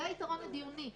זה היתרון הדיוני.